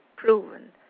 proven